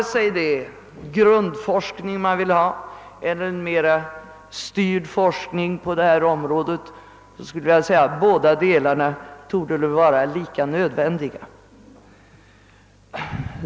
Såväl grundforskning som en mer styrd forskning på detta område anser jag vara nödvändig.